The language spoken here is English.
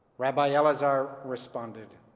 rabbi elazar responded,